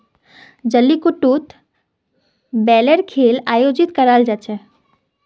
जलीकट्टूत बैलेर खेल आयोजित कराल जा छेक